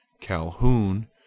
Calhoun